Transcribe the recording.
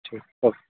ठीक ओके